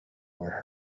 were